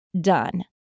done